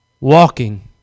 walking